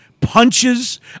punches